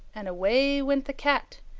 and away went the cat,